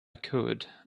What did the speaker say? could